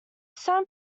some